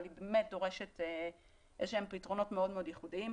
אבל היא באמת דורשת איזה שהם פתרונות מאוד מאוד ייחודיים.